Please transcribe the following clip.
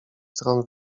stron